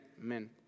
Amen